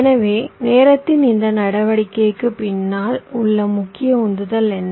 எனவே நேரத்தின் இந்த நடவடிக்கைக்கு பின்னால் உள்ள முக்கிய உந்துதல் என்ன